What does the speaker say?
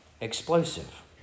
explosive